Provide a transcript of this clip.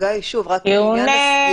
ההחרגה היא, שוב, רק לעניין הסגירה.